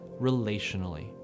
relationally